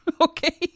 okay